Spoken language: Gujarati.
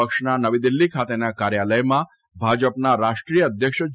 પક્ષના નવી દિલ્ઠી ખાતેના કાર્યાલયમાં ભાજપના રાષ્ટ્રીય અધ્યક્ષ જે